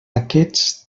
aquests